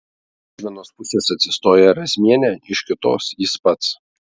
iš vienos pusės atsistojo razmienė iš kitos jis pats